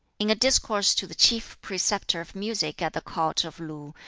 in a discourse to the chief preceptor of music at the court of lu,